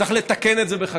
צריך לתקן את זה בחקיקה.